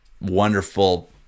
wonderful